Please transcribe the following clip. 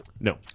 No